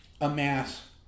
amass